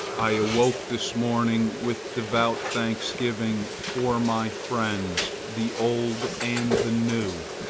i awoke this morning with devout thanksgiving for my friends, the old and the new.